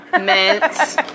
mints